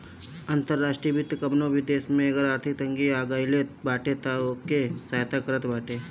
अंतर्राष्ट्रीय वित्त कवनो भी देस में अगर आर्थिक तंगी आगईल बाटे तअ उ ओके सहायता करत बाटे